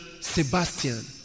Sebastian